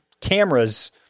cameras